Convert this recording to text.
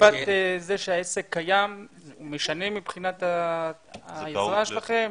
התקופה שהעסק קיים, זה משנה מבחינת העזרה שלהם,